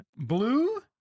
Blue